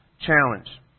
challenge